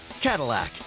Cadillac